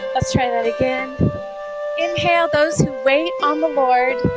let's try that again inhale. those who wait on the lord